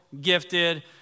gifted